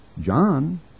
John